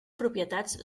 propietats